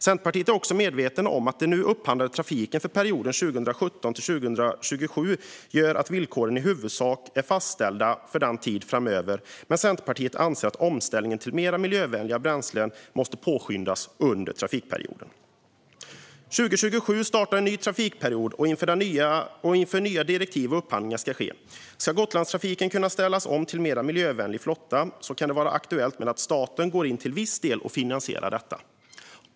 Centerpartiet är också medvetet om att den nu upphandlade trafiken för perioden 2017-2027 gör att villkoren i huvudsak är fastställda för en tid framöver. Men Centerpartiet anser att omställningen till mer miljövänliga bränslen måste påskyndas under trafikperioden. År 2027 startar en ny trafikperiod, och inför den ska nya direktiv och upphandlingar ske. Om Gotlandstrafiken ska kunna ställas om till en mer miljövänlig flotta kan det vara aktuellt att staten går in till viss del och finansierar detta.